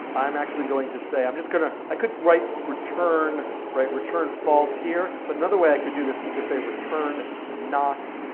i'm actually going to say, i'm just going to, i could write return, write return false here, but another way i could do this is just say return not,